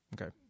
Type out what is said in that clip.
Okay